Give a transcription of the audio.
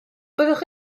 byddwch